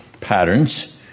patterns